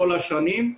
כל השנים,